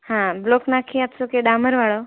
હા બ્લોક નાખી આપશો કે ડામરવાળો